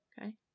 Okay